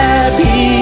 Happy